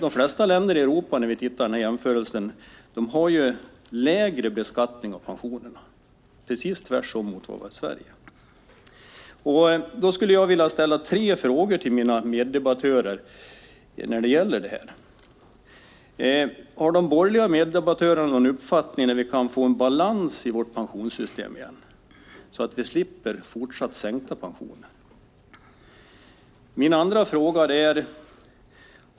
De flesta länder i Europa har lägre beskattning av pensionerna, tvärt emot vad vi har i Sverige. Jag har tre frågor till mina meddebattörer. Har de borgerliga meddebattörerna någon uppfattning om när vi kan få en balans i vårt pensionssystem så att vi slipper fortsatt sänkta pensioner?